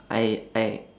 I I